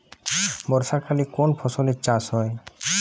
বর্ষাকালে কোন ফসলের চাষ হয়?